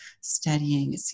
studying